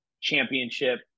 championship